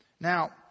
Now